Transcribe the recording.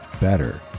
better